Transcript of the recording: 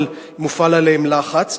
אבל מופעל עליהן לחץ.